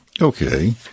Okay